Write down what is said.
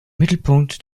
mittelpunkt